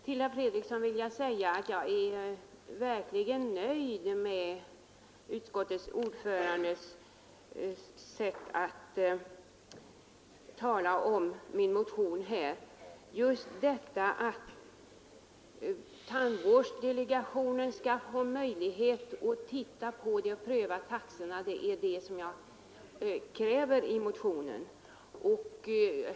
Till herr Fredriksson vill jag säga att jag är nöjd med utskottets ordförandes sätt att tala om min motion. Just att tandvårdsdelegationen skall få möjlighet att pröva taxorna kräver jag i motionen.